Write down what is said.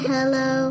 Hello